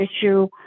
issue